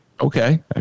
Okay